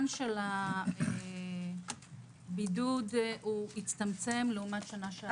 שזמן הבידוד הצטמצם לעומת שנה שעברה.